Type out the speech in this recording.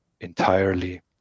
entirely